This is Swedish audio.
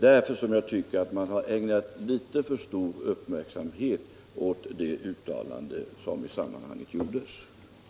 Därför tycker jag att man har ägnat något för stor uppmärksamhet åt de uttalanden som direktör Sköld gjorde i detta sammanhang.